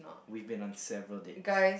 we've been on several dates